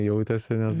jautiesi nes